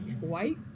White